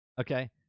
Okay